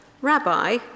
Rabbi